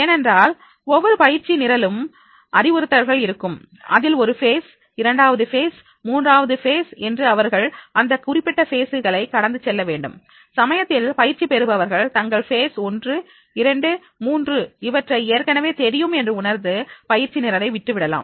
ஏனென்றால் ஒவ்வொரு பயிற்சி நிரலிலும் அறிவுறுத்தல்கள் இருக்கும் அதில் ஒரு ஃபேஸ்phase இரண்டாவது ஃபேஸ்மூன்றாவது ஃபேஸ் மற்றும் அவர்கள் இந்த குறிப்பிட்ட ஃபேஸ் களை கடந்து செல்ல வேண்டும் சமயத்தில் பயிற்சி பெறுபவர்கள் தங்களுக்கு பேஸ் 123 இவற்றை ஏற்கனவே தெரியும் என்று உணர்ந்து பயிற்சி நிரலை விட்டுவிடலாம்